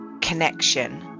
connection